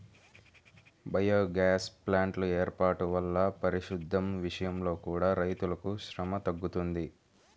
biogas ప్లాంట్ల వేర్పాటు వల్ల పారిశుద్దెం విషయంలో కూడా రైతులకు శ్రమ తగ్గుతుంది